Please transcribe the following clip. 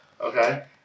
Okay